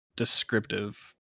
descriptive